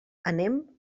anem